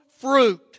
fruit